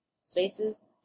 spaces